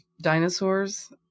dinosaurs